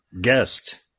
guest